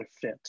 fit